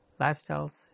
lifestyles